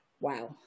wow